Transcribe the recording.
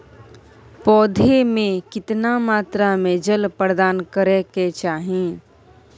पौधों में केतना मात्रा में जल प्रदान करै के चाही?